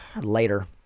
later